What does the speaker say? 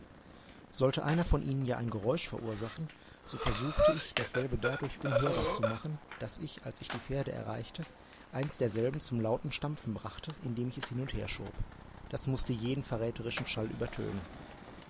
sollte einer von ihnen ja ein geräusch verursachen so versuchte ich dasselbe dadurch unhörbar zu machen daß ich als ich die pferde erreichte eins derselben zum lauten stampfen brachte indem ich es hin und her schob das mußte jeden verräterischen schall übertönen